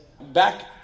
Back